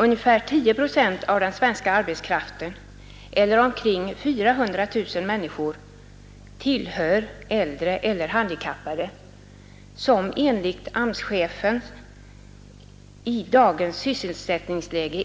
Ungefär tio procent av den svenska arbetskraften eller omkring 400 000 människor är äldre eller handikappade, som enligt AMS-chefen är svårplacerad arbetskraft i dagens sysselsättningsläge.